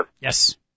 Yes